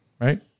Right